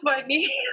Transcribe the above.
funny